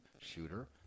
Shooter